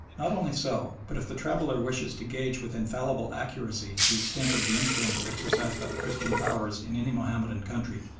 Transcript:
not only so, but if the traveller wishes to gauge with infallible accuracy the extent of the influence exercised by the christian powers in any mahomedan country,